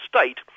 State